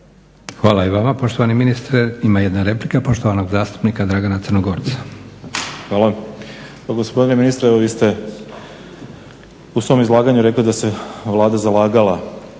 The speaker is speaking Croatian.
Hvala i vama poštovani ministre. Ima jedna replika, poštovanog zastupnika Dragana Crnogorca. **Crnogorac, Dragan (SDSS)** Hvala. Pa gospodine ministre evo vi ste u svom izlaganju rekli da se Vlada zalagala